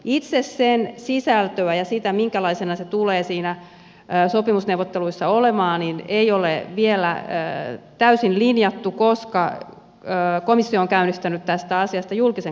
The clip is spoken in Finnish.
itse sen sisältöä ja sitä minkälaisena se tulee siinä sopimusneuvotteluissa olemaan ei ole vielä täysin linjattu koska komissio on käynnistänyt tästä asiasta julkisen kuulemisen